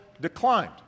declined